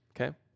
okay